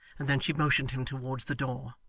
and then she motioned him towards the door.